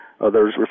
Others